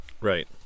Right